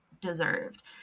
deserved